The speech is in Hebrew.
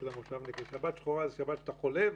אצל המושבניקים: "שבת שחורה" היא שבת שבה אתה חולב,